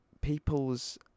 people's